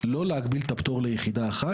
לא להגביל את הפטור ליחידה אחת.